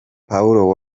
paul